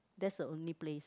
that's a only place